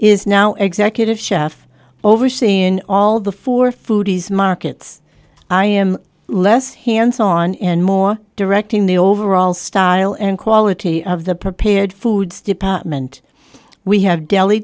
is now executive chef overseeing all the four foodies markets i am less hands on and more directing the overall style and quality of the prepared foods department we have deli